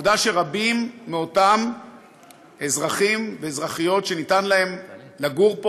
העובדה שרבים מאותם אזרחים ואזרחיות שניתן להם לגור פה